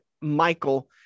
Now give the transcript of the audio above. michael